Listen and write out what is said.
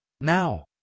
Now